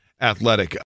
Athletic